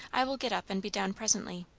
i will get up and be down presently.